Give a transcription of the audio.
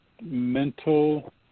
mental